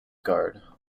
guard